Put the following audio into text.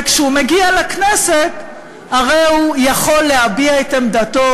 וכשהוא מגיע לכנסת הרי הוא יכול להביע את עמדתו,